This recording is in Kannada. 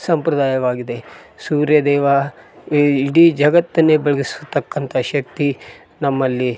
ಸಂಪ್ರದಾಯವಾಗಿದೆ ಸೂರ್ಯದೇವ ಈ ಇಡೀ ಜಗತ್ತನ್ನೆ ಬೆಳ್ಗಿಸುತಕ್ಕಂಥ ಶಕ್ತಿ ನಮ್ಮಲ್ಲಿ